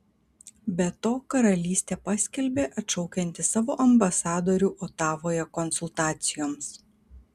be to karalystė paskelbė atšaukianti savo ambasadorių otavoje konsultacijoms